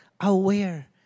aware